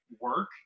work